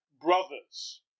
brothers